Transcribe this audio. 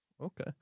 okay